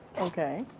Okay